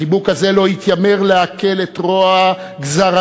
החיבוק הזה לא התיימר להקל את רוע גזר-הדין,